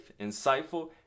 insightful